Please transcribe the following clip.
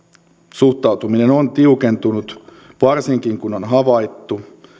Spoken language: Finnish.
suhtautuminen on tiukentunut varsinkin kun on havaittu